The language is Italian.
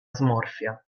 smorfia